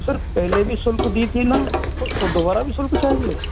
sir पहले भी शुल्क दी थी ना तो दोबारा भी शुल्क चाहिए